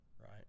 right